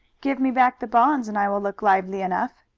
give me back the bonds and i will look lively enough.